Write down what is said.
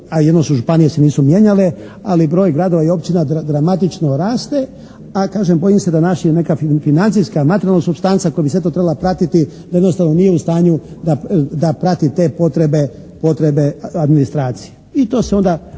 jedino županije se nisu mijenjale ali broj gradova i općina dramatično raste. A kažem, bojim se da naše neka financijska, materijalna supstanca koja bi sve to trebala pratiti da jednostavno nije u stanju da prati te potrebe administracije i to se onda